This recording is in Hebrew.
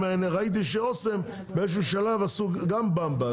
ראיתי שאוסם באיזה שהוא שלב עשו גם במבה,